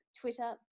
Twitter